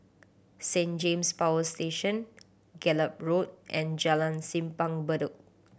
Saint James Power Station Gallop Road and Jalan Simpang Bedok